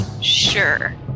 Sure